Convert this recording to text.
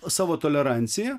savo tolerancija